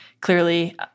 clearly